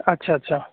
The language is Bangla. আচ্ছা আচ্ছা